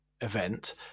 event